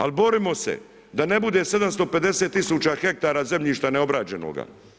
Ali, borimo se da ne bude 750000 hektara zemljišta neobrađenoga.